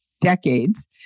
decades